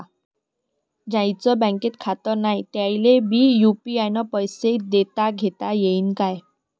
ज्याईचं बँकेत खातं नाय त्याईले बी यू.पी.आय न पैसे देताघेता येईन काय?